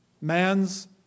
Man's